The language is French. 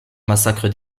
massacre